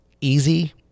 easy